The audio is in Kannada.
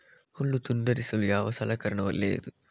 ಹುಲ್ಲು ತುಂಡರಿಸಲು ಯಾವ ಸಲಕರಣ ಒಳ್ಳೆಯದು?